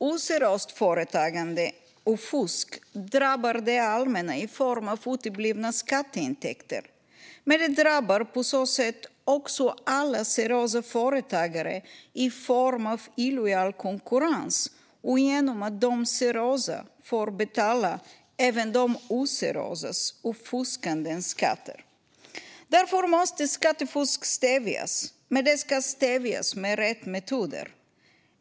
Oseriöst företagande och fusk drabbar det allmänna i form av uteblivna skatteintäkter. Men det drabbar på så sätt också alla seriösa företagare i form av illojal konkurrens och genom att de seriösa får betala även de oseriösas och fuskandes skatter. Därför måste skattefusk stävjas, men det ska stävjas med rätt metoder.